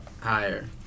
Higher